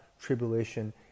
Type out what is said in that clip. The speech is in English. tribulation